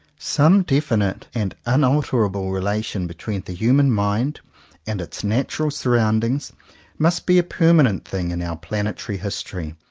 some definite and unalterable relation between the human mind and its natural surroundings must be a permanent thing in our planetary history,